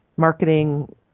marketing